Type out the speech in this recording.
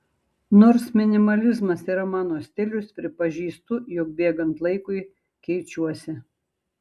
nors minimalizmas yra mano stilius pripažįstu jog bėgant laikui keičiuosi